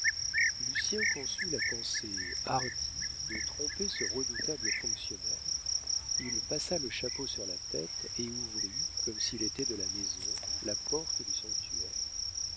l'empereur lucien conçut la pensée hardie de tromper ce redoutable fonctionnaire il passa le chapeau sur la tête et ouvrit comme s'il était de la maison la porte du sanctuaire